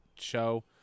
show